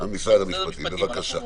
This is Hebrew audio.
משרד המשפטים, בבקשה.